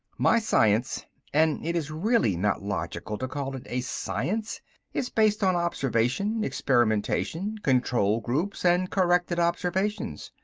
my science and it is really not logical to call it a science is based on observation, experimentation, control groups and corrected observations.